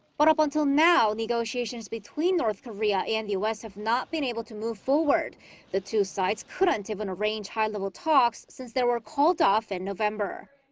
but up until now, negotiations between north korea and the u s. have not been able to move forward the two sides couldn't even arrange high-level talks since they were called off in november.